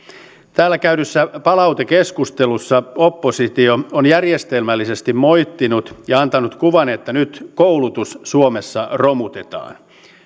täällä käydyssä palautekeskustelussa oppositio on järjestelmällisesti moittinut ja antanut kuvan että nyt koulutus suomessa romutetaan